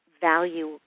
value